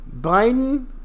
biden